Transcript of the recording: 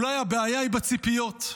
אולי הבעיה היא בציפיות.